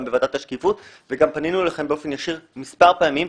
גם בוועדת השקיפות וגם פנינו אליכם באופן ישיר מספר פעמים.